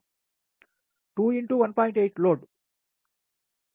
8 load 1